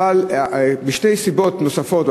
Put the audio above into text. אבל יש שתי סיבות נוספות.